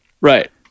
Right